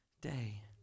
day